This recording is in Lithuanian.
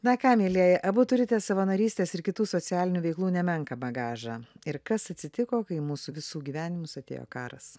na ką mielieji abu turite savanorystės ir kitų socialinių veiklų nemenką bagažą ir kas atsitiko kai į mūsų visų gyvenimus atėjo karas